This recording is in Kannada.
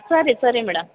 ಸರಿ ಸರಿ ಮೇಡಮ್